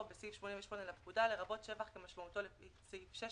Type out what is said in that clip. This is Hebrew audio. "הכנסה חייבת" הכנסה לאחר הניכויים שהותרו ממנה לפי כל